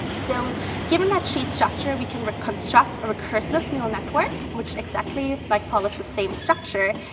so given that tree structure, we can reconstruct a recursive neural network which exactly like follows the same structure.